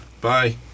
bye